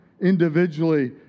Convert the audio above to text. individually